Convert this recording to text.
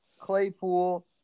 Claypool